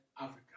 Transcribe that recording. Africa